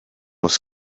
was